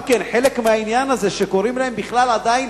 גם חלק מהעניין הזה שקוראים להן עדיין